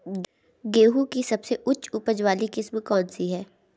गेहूँ की सबसे उच्च उपज बाली किस्म कौनसी है?